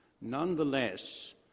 nonetheless